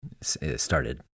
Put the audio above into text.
started